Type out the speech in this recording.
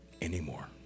anymore